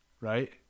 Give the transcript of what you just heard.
Right